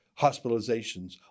hospitalizations